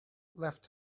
left